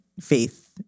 faith